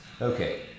Okay